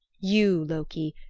you, loki,